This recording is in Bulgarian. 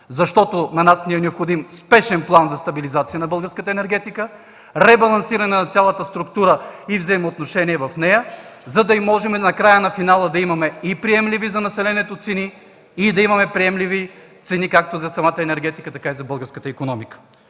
Защото на нас ни е необходим спешен план за стабилизация на българската енергетика, ребалансиране на цялата структура и взаимоотношения в нея, за да можем накрая на финала да имаме приемливи за населението цени и да имаме приемливи цени както за самата енергетика, така и за българската икономика.